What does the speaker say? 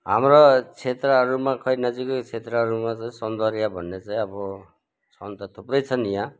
हाम्रो क्षेत्रहरूमा खोइ नजिकै क्षेत्रहरूमा चाहिँ सौन्दर्य भन्ने चाहिँ अब छनु त थुप्रै छन् यहाँ